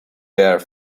bare